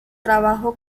trabajo